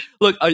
Look